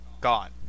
gone